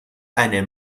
eine